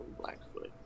Blackfoot